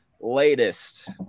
latest